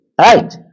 Right